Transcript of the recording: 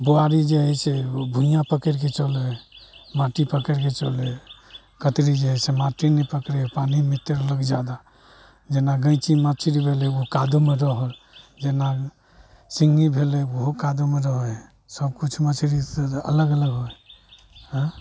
बोआरी जे हइ से भुइआँ पकड़िके चलै हइ माटि पकड़िके चलै हइ कतरी जे हइ से माटि नहि पकड़ै हइ पानीमे तैरलक जादा जेना गैँची मछरी भेलै ओ कादोमे रहल जेना सिङ्गही भेलै ओहो कादोमे रहै हइ सबकिछु मछरी अलग अलग होइ हइ अँए